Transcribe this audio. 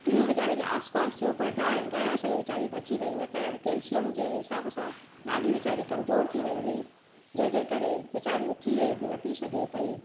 T हज़ारे जे आस पास थियो डांय गांइ असांजी वेचारी वची वई न त कैलशियम जे हिसाब सां ॾाढी वेचारी कमजोर थी वई हुई जंहिंजे करे वेचारी उथी वेही बि न पई सघे पई